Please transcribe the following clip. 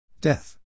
Death